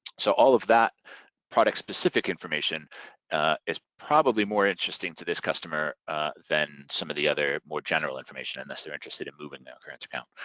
so all of that product specific information is probably more interesting to this customer than some of the other more general information, unless they're interested in moving their current account.